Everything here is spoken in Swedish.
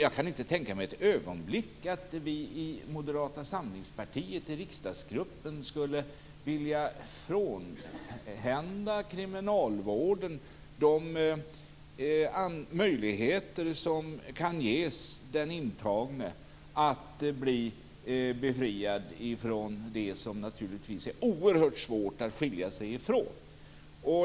Jag kan inte ett ögonblick tänka mig att vi i Moderata samlingspartiets riksdagsgrupp skulle vilja frånhända kriminalvården de möjligheter som kan ges den intagne att bli befriad från det som det är oerhört svårt att skilja sig ifrån.